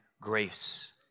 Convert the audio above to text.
grace